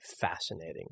fascinating